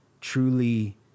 truly